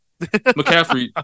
McCaffrey